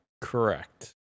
Correct